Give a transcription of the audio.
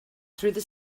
through